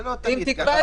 זה לא תמיד כך.